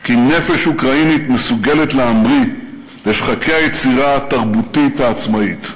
כי נפש אוקראינית מסוגלת להמריא לשחקי היצירה התרבותית העצמאית.